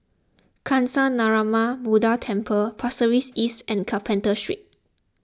Kancanarama Buddha Temple Pasir Ris East and Carpenter Street